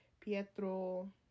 Pietro